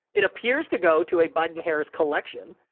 it appears to go to a biden-harris collection.